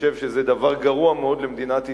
וחושב שזה דבר גרוע מאוד למדינת ישראל,